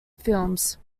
films